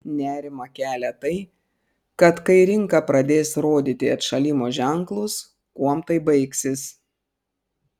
nerimą kelia tai kad kai rinka pradės rodyti atšalimo ženklus kuom tai baigsis